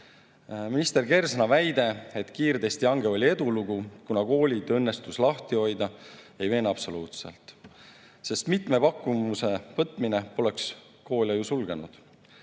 Minister Kersna väide, et kiirtestihange oli edulugu, kuna koolid õnnestus lahti hoida, ei veena absoluutselt, sest mitme pakkumuse võtmine poleks koole ju sulgenud.